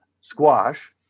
squash